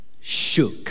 shook